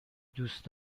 دوست